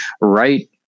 right